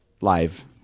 live